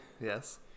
yes